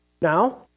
Now